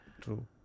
True